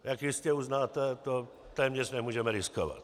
Jak jistě uznáte, to téměř nemůžeme riskovat.